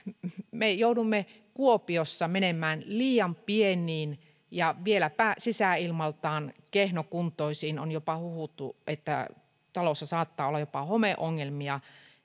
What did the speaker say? me joudumme kuopiossa menemään liian pieniin ja vieläpä sisäilmaltaan kehnokuntoisiin on jopa huhuttu että talossa saattaa olla homeongelmia